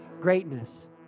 greatness